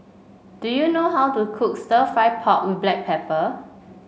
do you know how to cook stir fry pork with Black Pepper